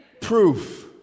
Proof